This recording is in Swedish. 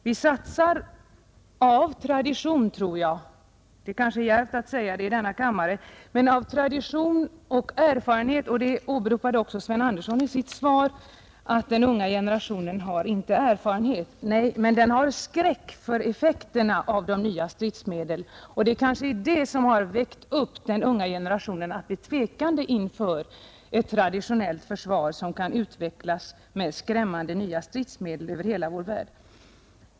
Vi satsar av tradition — det är kanske djärvt att säga det från denna talarstol — och av brist på annan erfarenhet på traditionellt militärt försvar. Sven Andersson åberopade också i sitt svar att den unga generationen inte har direkt erfarenhet av kriget. Nej, men den har skräck för effekterna av de nya stridsmedlen. Det kanske är detta som har väckt upp den unga generationen att bli tvekande inför ett traditionellt försvar, som kan utvecklas med skrämmande nya stridsmedel över hela vår värld.